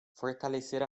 fortalecer